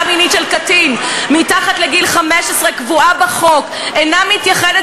מינית של קטין מתחת לגיל 15 הקבועה בחוק אינה מתייחדת